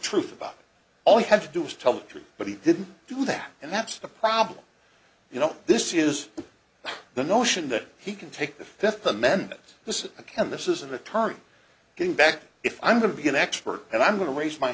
truth about all he had to do was tell the truth but he didn't do that and that's the problem you know this is the notion that he can take the fifth amendment this is ken this is an attorney going back if i'm going to be an expert and i'm going to raise my